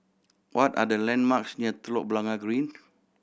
what are the landmarks near Telok Blangah Green